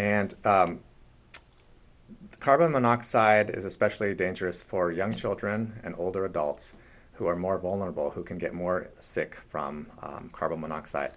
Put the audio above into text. and carbon monoxide is especially dangerous for young children and older adults who are more vulnerable who can get more sick from carbon monoxide